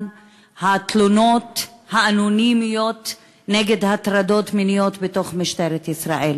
התלונות האנונימיות נגד הטרדות מיניות במשטרת ישראל.